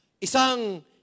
Isang